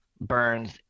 burns